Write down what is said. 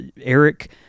Eric